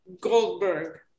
Goldberg